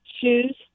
shoes